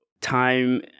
time